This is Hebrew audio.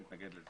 אני מתנגש לכך.